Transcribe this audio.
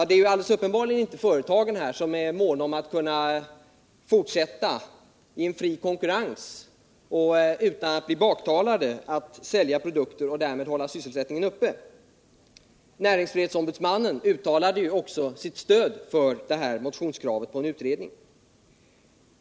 Det är alldeles uppenbarligen inte företagen, som är måna om att i fri konkurrens och utan att bli baktalade kunna fortsätta att sälja sina produkter och därmed hålla sysselsättningen uppe. Näringsfrihetsombudsmannen uttalade också sitt stöd för motionskraven på en utredning.